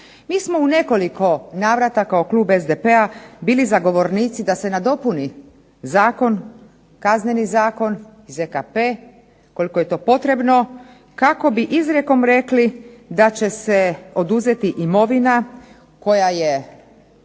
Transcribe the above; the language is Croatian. Mi smo u nekoliko navrata kao klub SDP-a bili zagovornici da se nadopuni zakon, Kazneni zakon, ZKP koliko je to potrebno kako bi izrijekom rekli da će se oduzeti imovina koja je